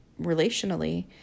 relationally